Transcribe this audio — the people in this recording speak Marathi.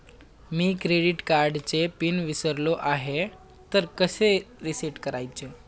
मी क्रेडिट कार्डचा पिन विसरलो आहे तर कसे रीसेट करायचे?